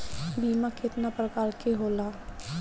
बीमा केतना प्रकार के होला?